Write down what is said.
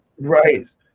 Right